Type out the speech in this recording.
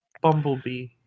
Bumblebee